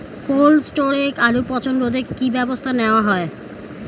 Cold স্টোরে আলুর পচন রোধে কি ব্যবস্থা নেওয়া হয়?